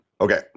Okay